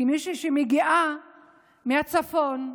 כמישהי שמגיעה מהצפון,